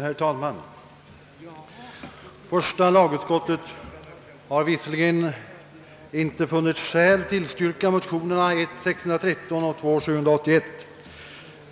Herr talman! Första lagutskottet har visserligen inte funnit skäl tillstyrka motionerna I: 613 och II: 781,